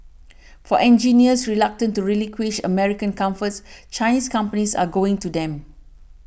for engineers reluctant to relinquish American comforts Chinese companies are going to them